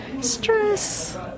Stress